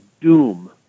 doom